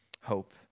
hope